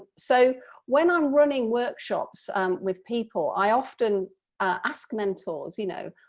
so when i'm running workshops with people i often ask mentors, you know,